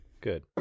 Good